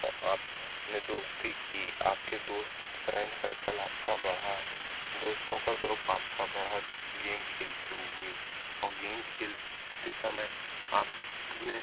और आप ने दोस्ती की आप के दोस्त फ्रेंड सर्कल आपका बढ़ा दोस्तों का ग्रुप आपका बढ़ा गेम खेलते हुए और गेम खेलते समय आप ने